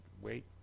wait